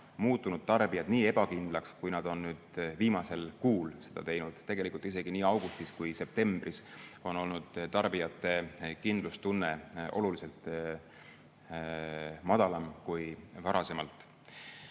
muutunud tarbijad nii ebakindlaks, kui nad on nüüd viimasel kuul seda teinud. Tegelikult isegi nii augustis kui ka septembris on olnud tarbijate kindlustunne oluliselt madalam kui varem. Eks